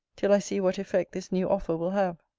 till i see what effect this new offer will have.